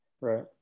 Right